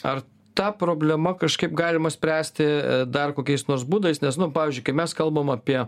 ar ta problema kažkaip galima spręsti e dar kokiais nors būdais nes nu pavyzdžiui kai mes kalbam apie